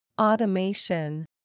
Automation